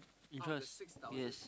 if hers yes